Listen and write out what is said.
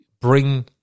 bring